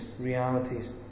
realities